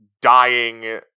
dying